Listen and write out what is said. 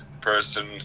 person